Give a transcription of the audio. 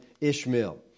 Ishmael